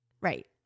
right